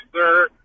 sir